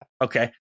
Okay